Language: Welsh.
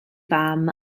fam